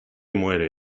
muere